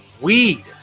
Weed